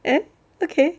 eh okay